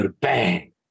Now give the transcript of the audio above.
bang